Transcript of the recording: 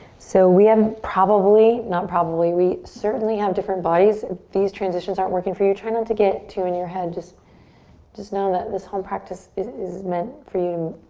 so we have probably, not probably, we certainly have different bodies, if these transitions aren't working for you. try not to get too in your head just just know that this whole practice is is meant for you.